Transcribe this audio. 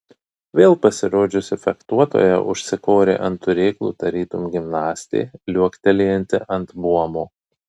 vėl pasirodžiusi fechtuotoja užsikorė ant turėklų tarytum gimnastė liuoktelėjanti ant buomo